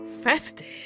Festive